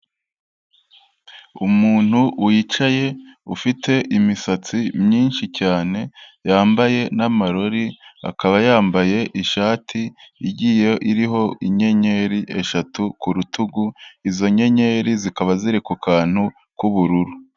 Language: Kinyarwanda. Umuntu wicaye ufite imisatsi myinshi cyane yambaye n'amarori akaba yambaye ishati igiye iriho inyenyeri eshatu ku rutugu, izo nyenyeri zikaba ziri ku kantu k'ubururu.